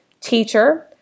teacher